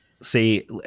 See